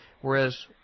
Whereas